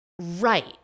right